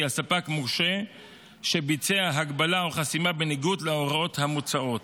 על ספק מורשה שביצע הגבלה או חסימה בניגוד להוראות המוצעות.